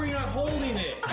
not holding it?